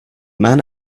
man